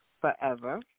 Forever